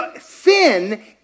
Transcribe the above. sin